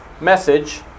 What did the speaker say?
message